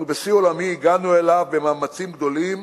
אנחנו בשיא עולמי, הגענו אליו במאמצים גדולים